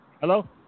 Hello